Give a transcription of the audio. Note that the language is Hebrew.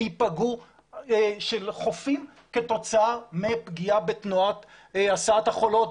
שייפגעו כתוצאה מפגיעה בתנועת הסעת החולות.